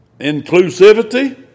inclusivity